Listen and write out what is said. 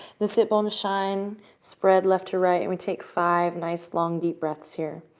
the sit bones shine, spread left to right. we take five nice, long, deep breaths here.